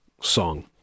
song